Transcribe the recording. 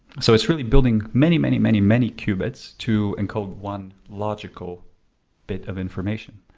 so it's really building many, many, many many qubits to encode one logical bit of information.